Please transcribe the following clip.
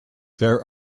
there